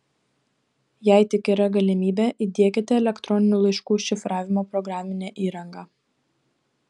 jei tik yra galimybė įdiekite elektroninių laiškų šifravimo programinę įrangą